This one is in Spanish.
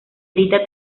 edita